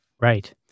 Right